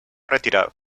retirado